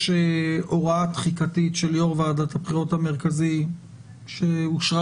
הוראה תחיקתית של יו"ר ועדת הבחירות המרכזית שאושרה